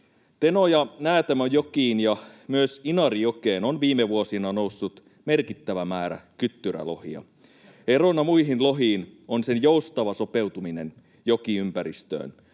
Teno‑ ja Näätämöjokiin ja myös Inarijokeen on viime vuosina noussut merkittävä määrä kyttyrälohia. Erona muihin lohiin on sen joustava sopeutuminen jokiympäristöön.